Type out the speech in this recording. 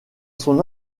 son